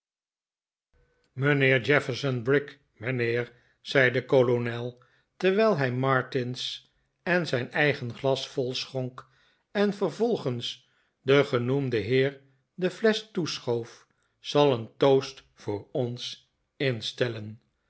jefferson brick mijnheer zei de kolonel terwijl hij martin's en zijn eigen glas volschonk en vervolgens den genoemden heer de flesch toeschoof zal een toast voor ons instellen